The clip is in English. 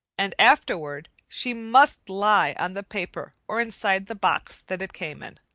and afterward she must lie on the paper or inside the box that it came in,